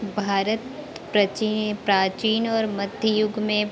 भारत प्राचीन और मध्य युग में